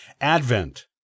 Advent